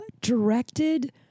directed